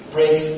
Break